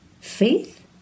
Faith